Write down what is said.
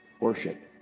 worship